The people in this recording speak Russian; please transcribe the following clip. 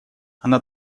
она